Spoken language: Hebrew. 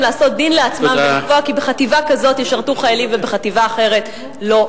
לעשות דין לעצמם ולקבוע כי בחטיבה כזאת ישרתו חיילים ובחטיבה אחרת לא,